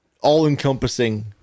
all-encompassing